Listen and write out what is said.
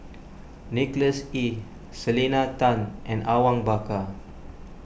Nicholas Ee Selena Tan and Awang Bakar